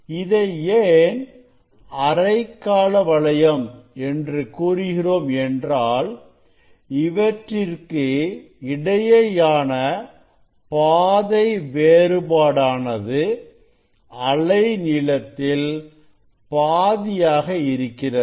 இதை ஏன் அரைக்காலவளையம் என்று கூறுகிறோம் என்றால் இவற்றிற்கு இடையேயான பாதை வேறுபாடானது அலைநீளத்தில் பாதியாக இருக்கிறது